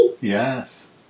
Yes